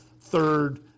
third